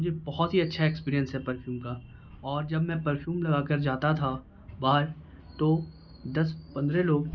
مجھے بہت ہی اچھا ایکسپیریئنس ہے پرفیوم کا اور جب میں پرفیوم لگا کر جاتا تھا باہر تو دس پندرہ لوگ